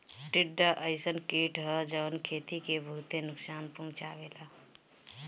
टिड्डा अइसन कीट ह जवन खेती के बहुते नुकसान पहुंचावेला